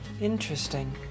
Interesting